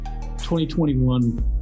2021